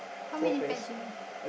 how many pairs you have